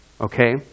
Okay